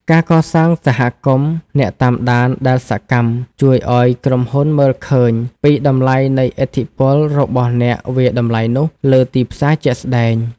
ការកសាងសហគមន៍អ្នកតាមដានដែលសកម្ម ជួយឱ្យក្រុមហ៊ុនមើលឃើញពីតម្លៃនៃឥទ្ធិពលរបស់អ្នកវាយតម្លៃនោះលើទីផ្សារជាក់ស្តែង។